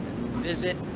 visit